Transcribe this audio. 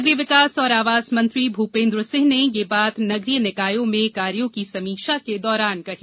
नगरीय विकास और आवास मंत्री भूपेन्द्र सिंह ने यह बात नगरीय निकायों में कार्यों की समीक्षा के दौरान कही